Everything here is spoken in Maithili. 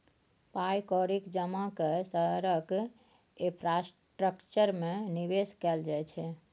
पाइ कौड़ीक जमा कए शहरक इंफ्रास्ट्रक्चर मे निबेश कयल जाइ छै